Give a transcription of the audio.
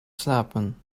slapen